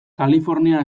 kalifornia